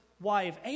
wife